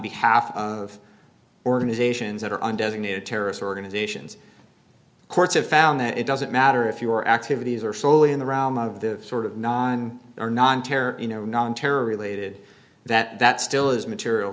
behalf of organizations that are on designated terrorist organizations courts have found that it doesn't matter if your activities are soley in the realm of the sort of non or non terror you know non terror related that that still is material